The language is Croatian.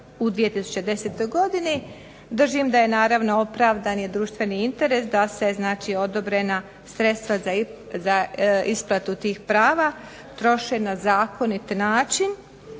u 2010. godini, držim da je naravno opravdan i društveni interes da se odobrena sredstva za isplatu tih prava troše na zakonit način.